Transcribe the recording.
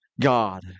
God